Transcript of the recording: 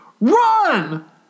run